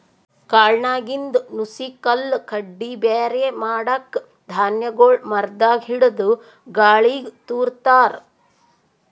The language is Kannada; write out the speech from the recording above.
ಕಾಳ್ನಾಗಿಂದ್ ನುಸಿ ಕಲ್ಲ್ ಕಡ್ಡಿ ಬ್ಯಾರೆ ಮಾಡಕ್ಕ್ ಧಾನ್ಯಗೊಳ್ ಮರದಾಗ್ ಹಿಡದು ಗಾಳಿಗ್ ತೂರ ತಾರ್